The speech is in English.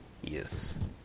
Yes